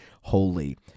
Holy